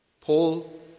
Paul